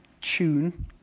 tune